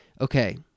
Okay